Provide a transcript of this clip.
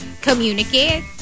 communicate